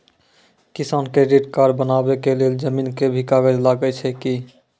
किसान credit card बनबा के लेल जमीन के भी कागज लागै छै कि?